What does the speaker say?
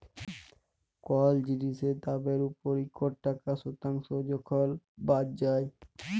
call জিলিসের দামের উপর ইকট টাকা শতাংস যখল বাদ যায়